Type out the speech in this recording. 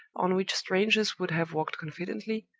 on which strangers would have walked confidently,